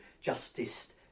Justice